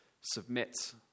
submit